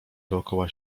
dokoła